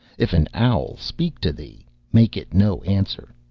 if an owl speak to thee, make it no answer.